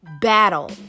battle